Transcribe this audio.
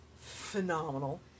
phenomenal